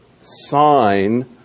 sign